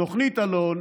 תוכנית אלון,